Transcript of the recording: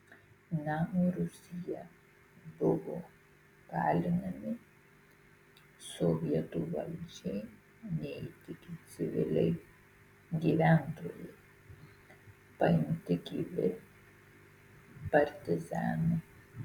namo rūsyje buvo kalinami sovietų valdžiai neįtikę civiliai gyventojai paimti gyvi partizanai